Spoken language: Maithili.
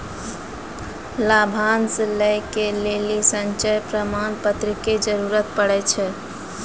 लाभांश लै के लेली संचय प्रमाण पत्र के जरूरत पड़ै छै